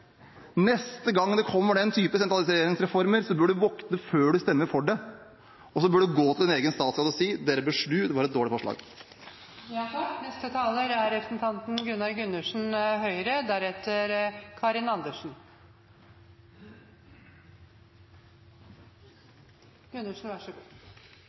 neste gang det kommer den type sentraliseringsreformer, bør du våkne før du stemmer for dem, og så bør du gå til din egen statsråd og si: Dere bør snu, det var et dårlig forslag. Jeg føler at overskriften i hele trontaledebatten er